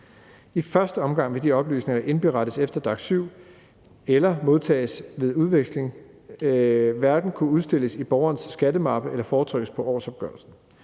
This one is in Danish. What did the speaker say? I første omgang vil de oplysninger indberettet efter DAC7 eller modtaget ved udveksling hverken kunne udstilles i borgerens skattemappe eller fortrykkes på årsopgørelsen.